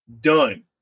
done